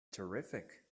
terrific